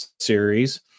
series